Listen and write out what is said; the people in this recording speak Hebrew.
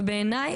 ובעיניי,